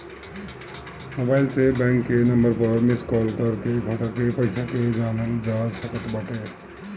mobile से bank के number पअ मिस काल कर के खाता के पईसा के जानल जा सकत बाटे